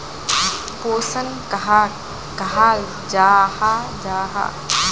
पोषण कहाक कहाल जाहा जाहा?